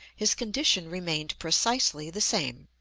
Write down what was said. his condition remained precisely the same.